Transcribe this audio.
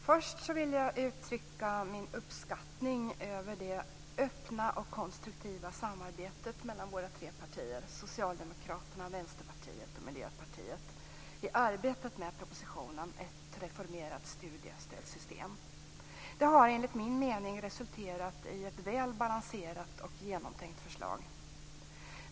Fru talman! Först vill jag uttrycka min uppskattning över det öppna och konstruktiva samarbetet mellan våra tre partier - Socialdemokraterna, Vänsterpartiet och Miljöpartiet - i arbetet med propositionen Ett reformerat studiestödssystem. Det har enligt min mening resulterat i ett väl balanserat och genomtänkt förslag.